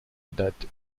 date